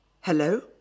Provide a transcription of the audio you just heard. Hello